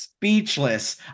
speechless